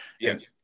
Yes